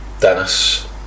Dennis